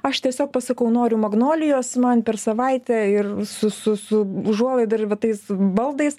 aš tiesiog pasakau noriu magnolijos man per savaitę ir su su su užuolaida ir va tais baldais